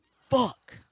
Fuck